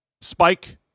spike